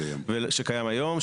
ושקיים היום,